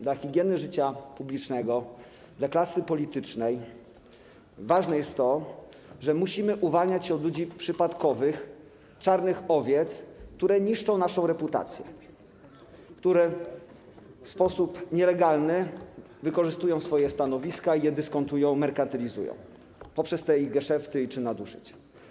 Dla higieny życia publicznego, dla klasy politycznej ważne jest to, że musimy uwalniać się od ludzi przypadkowych, czarnych owiec, które niszczą naszą reputację, które w sposób nielegalny wykorzystują swoje stanowiska i je dyskontują, merkantylizuja poprzez geszefty czy nadużycia.